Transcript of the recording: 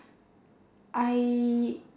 I